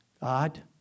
God